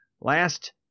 last